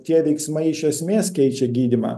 tie veiksmai iš esmės keičia gydymą